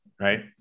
Right